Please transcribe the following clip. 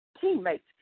teammates